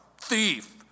Thief